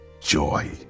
joy